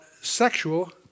sexual